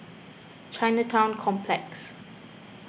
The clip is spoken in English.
Chinatown Complex